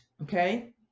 okay